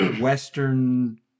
western